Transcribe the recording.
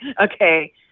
okay